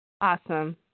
Awesome